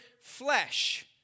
flesh